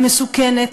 המסוכנת,